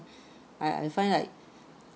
I I find like